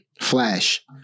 flash